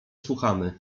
słuchamy